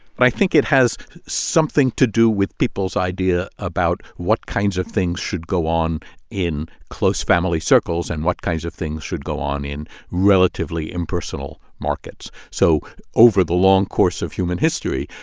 but i think it has something to do with people's idea about what kinds of things should go on in close family circles and what kinds of things should go on in relatively impersonal markets. so over the long course of human history,